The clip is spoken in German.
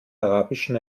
arabischen